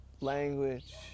Language